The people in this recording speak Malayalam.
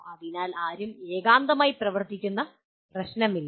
അതിനാൽ ആരും ഏകാന്തമായി പ്രവർത്തിക്കുന്ന പ്രശ്നമില്ല